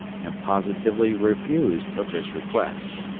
and positively refused hooker's request.